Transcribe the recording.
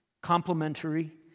complementary